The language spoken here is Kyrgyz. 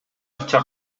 акча